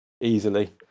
easily